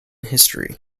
history